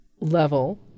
level